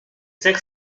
cinq